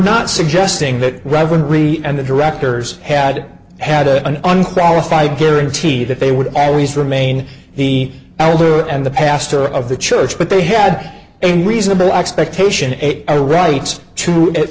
not suggesting that rivalry and the directors had had a an unqualified guarantee that they would always remain the elder and the pastor of the church but they had a reasonable expectation ate our rights to at